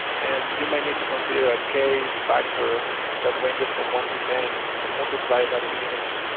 and you might need to consider a key factor that ranges from one to ten and multiply that in minutes,